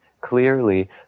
clearly